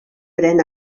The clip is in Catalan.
pren